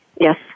Yes